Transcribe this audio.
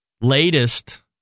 latest